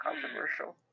controversial